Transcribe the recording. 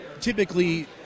typically